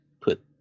put